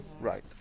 Right